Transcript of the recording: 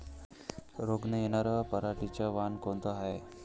रोग न येनार पराटीचं वान कोनतं हाये?